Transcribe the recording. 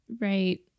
Right